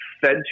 fed